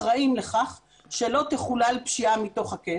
אחראים לכך שלא תחולל פשיעה מתוך הכלא.